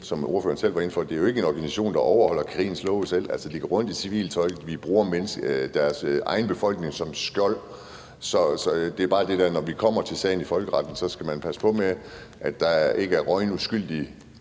som ordføreren selv var inde på, jo ikke er tale om en organisation, der selv overholder krigens love. Altså, de går rundt i civilt tøj og bruger deres egen befolkning som skjold. Så det er bare der, hvor man, når vi kommer til sagen i folkeretten, skal passe på med, om det, at der er røget uskyldige,